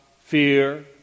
fear